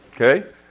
okay